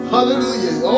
Hallelujah